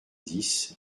dix